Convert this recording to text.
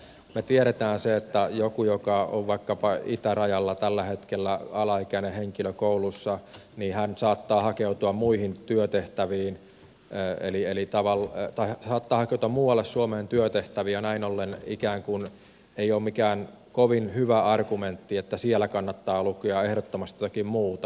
me tiedämme sen että joku joka on vaikkapa itärajalla tällä hetkellä alaikäinen henkilö koulussa saattaa hakeutua muihin työtehtäviin ja eli eli tavalla jota ei lähetetä muualle suomeen työtehtäviin ja näin ollen ikään kuin ei ole mikään kovin hyvä argumentti että siellä kannattaa lukea ehdottomasti jotakin muuta